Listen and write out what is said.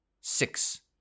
Six